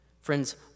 Friends